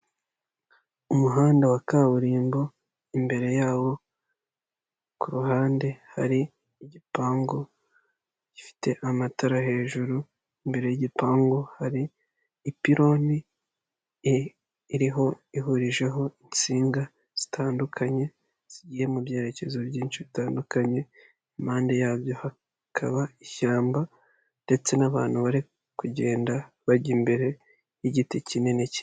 Umuhanda wa kaburimbo imbere yawo kuruhande hari igipangu gifite amatara hejuru, imbere y'igipangu hari ipironi iriho ihurijeho insinga zitandukanye zigiye mu byerekezo byinshi bitandukanye, impande yabyo hakaba ishyamba ndetse n'abantu bari kugenda bajya imbere n'igiti kinini.